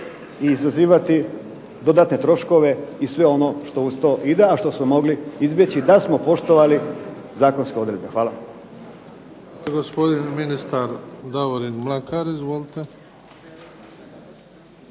i izazivati dodatne troškove i sve ono što uz to ide, a što smo mogli izbjeći da smo poštovali zakonske odredbe. Hvala.